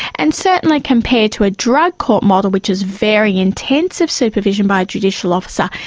and certainly compared to a drug court model which is very intensive supervision by a judicial officer,